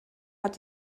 hat